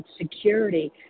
security